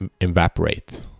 evaporate